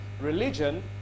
Religion